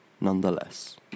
nonetheless